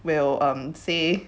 will um say